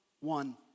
one